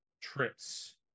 trips